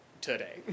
today